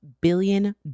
billion